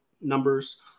numbers